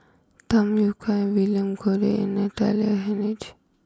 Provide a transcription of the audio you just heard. Tham Yui Kai William Goode and Natalie Hennedige